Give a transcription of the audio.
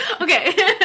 Okay